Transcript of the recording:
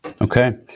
Okay